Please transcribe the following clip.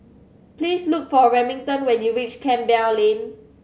please look for Remington when you reach Campbell Lane